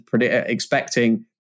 expecting